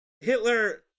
hitler